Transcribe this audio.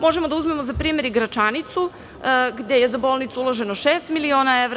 Možemo da uzmemo za primer i Gračanicu, gde je za bolnicu uloženo šest miliona evra.